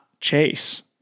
chase